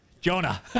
Jonah